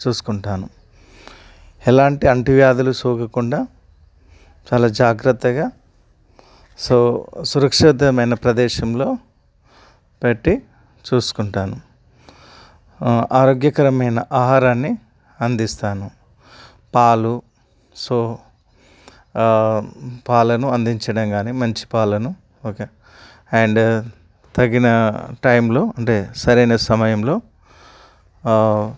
చూసుకుంటాను ఎలాంటి అంటువ్యాధులు సోకకుండా చాలా జాగ్రత్తగా సో సురక్షితమైన ప్రదేశంలో పెట్టి చూసుకుంటాను ఆరోగ్యకరమైన ఆహారాన్ని అందిస్తాను పాలు సో పాలను అందించడం కానీ మంచి పాలను ఓకే అండ్ తగిన టైంలో అంటే సరైన సమయంలో